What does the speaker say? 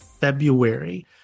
February